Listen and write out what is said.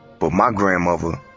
but my grandmother,